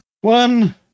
One